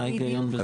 מה ההיגיון בזה?